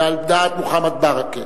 ועל דעת מוחמד ברכה,